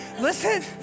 Listen